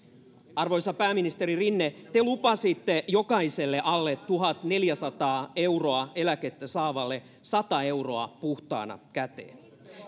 arvoisa pääministeri rinne te lupasitte jokaiselle alle tuhatneljäsataa euroa eläkettä saavalle sata euroa puhtaana käteen